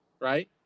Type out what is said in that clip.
right